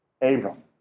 Abram